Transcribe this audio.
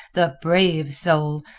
the brave soul.